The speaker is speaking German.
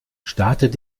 startet